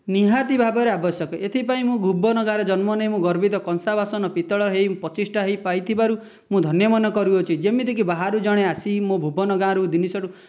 ନିହାତି ଭାବରେ ଆବଶ୍ୟକ ଏଥିପାଇଁ ମୁଁ ଭୁବନ ଗାଁରେ ଜନ୍ମ ନେଇ ମୁଁ ଗର୍ବିତ କଂସା ବାସନ ପିତ୍ତଳ ହୋଇ ପ୍ରତିଷ୍ଠା ହୋଇ ପାଇଥିବାରୁ ମୁଁ ଧନ୍ୟ ମନେକରୁଅଛି ଯେମିତି ବାହାରୁ ଜଣେ ଆସି ମୋ ଭୁବନ ଗାଁରୁ ଜିନିଷ